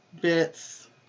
bits